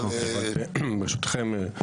ברשותכם,